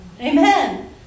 Amen